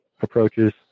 approaches